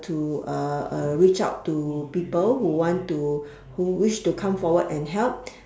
to reach out to people who want to who wish to come forward and help